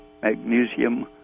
magnesium